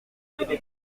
trois